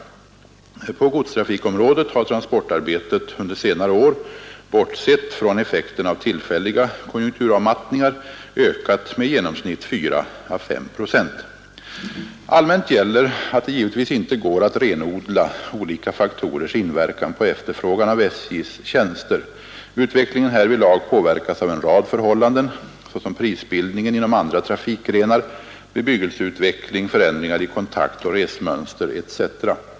På godstrafikområdet har transportarbetet under senare år — bortsett från effekten av tillfälliga konjunkturavmattningar — ökat med i genomsnitt 4 å 5 procent. Allmänt gäller att det givetvis inte går att renodla olika faktorers inverkan på efterfrågan av SJ:s tjänster. Utvecklingen härvidlag påverkas av en rad förhållanden, såsom prisbildningen inom andra trafikgrenar, bebyggelseutveckling, förändringar i kontaktoch resmönster etc.